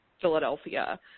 Philadelphia